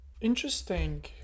interesting